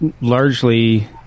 largely